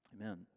Amen